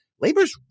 Labor's